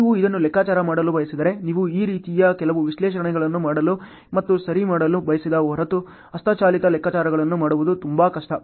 ನೀವು ಇದನ್ನು ಲೆಕ್ಕಾಚಾರ ಮಾಡಲು ಬಯಸಿದರೆ ನೀವು ಈ ರೀತಿಯ ಕೆಲವು ವಿಶ್ಲೇಷಣೆಗಳನ್ನು ಮಾಡಲು ಮತ್ತು ಸರಿ ಮಾಡಲು ಬಯಸದ ಹೊರತು ಹಸ್ತಚಾಲಿತ ಲೆಕ್ಕಾಚಾರಗಳನ್ನು ಮಾಡುವುದು ತುಂಬಾ ಕಷ್ಟ